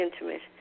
intimate